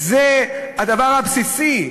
זה הדבר הבסיסי.